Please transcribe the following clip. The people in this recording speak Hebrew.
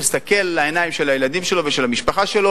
יסתכל לעיניים של הילדים שלו ושל המשפחה שלו,